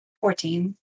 Fourteen